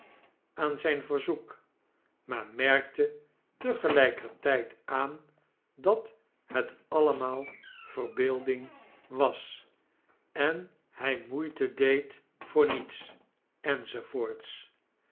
aan zijn verzoek maar merkte tegelijkertijd aan dat het allemaal verbeelding keestvekt ellingen was en hij moeite deed voor nietsj